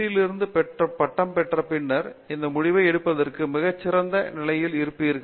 யில் இருந்து பெற்ற பின்னர் அந்த முடிவை எடுப்பதற்கு மிகச் சிறந்த நிலையில் இருப்பீர்கள்